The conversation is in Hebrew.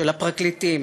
של הפרקליטים.